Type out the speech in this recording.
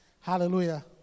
hallelujah